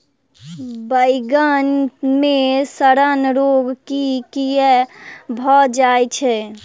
बइगन मे सड़न रोग केँ कीए भऽ जाय छै?